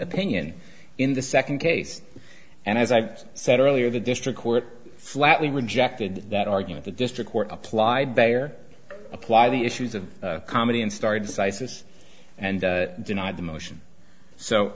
opinion in the second case and as i said earlier the district court flatly rejected that argument the district court applied there apply the issues of comedy and started decisis and denied the motion so